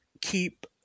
keep